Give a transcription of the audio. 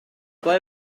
ble